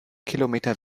kilometer